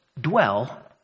dwell